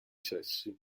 sessi